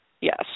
Yes